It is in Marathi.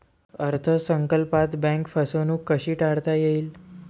अर्थ संकल्पात बँक फसवणूक कशी टाळता येईल?